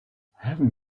heaven